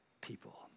people